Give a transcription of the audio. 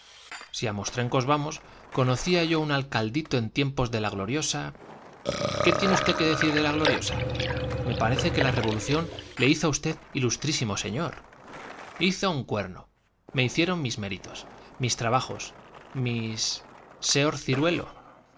si a mostrencos vamos conocía yo un alcaldito en tiempos de la gloriosa qué tiene usted que decir de la gloriosa me parece que la revolución le hizo a usted ilustrísimo señor hizo un cuerno me hicieron mis méritos mis trabajos mis seor ciruelo